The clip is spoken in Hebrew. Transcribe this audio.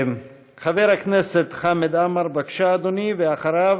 חבר הכנסת חמד עמאר, בבקשה, אדוני, ואחריו,